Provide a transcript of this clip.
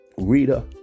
Rita